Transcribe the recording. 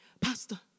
Pastor